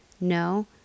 no